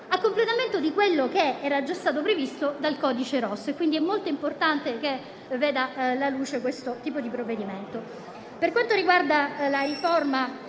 a completamento di quello che era già stato previsto dal Codice rosso. Per questo è molto importante che veda la luce questo tipo di provvedimento. Per quanto riguarda la riforma